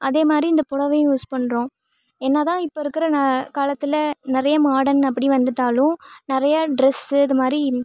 அதேமாதிரி இந்த பொடவையும் யூஸ் பண்ணுறோம் என்ன தான் இப்போ இருக்கிற ந காலத்தில் நிறைய மாடர்ன் அப்படி வந்துவிட்டாலும் நிறையா ட்ரெஸ்ஸு இது மாதிரி